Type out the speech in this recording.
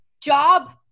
job